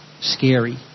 scary